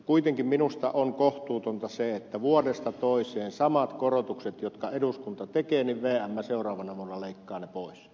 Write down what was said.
kuitenkin minusta on kohtuutonta se että vuodesta toiseen samat korotukset jotka eduskunta tekee vm seuraavana vuonna leikkaa pois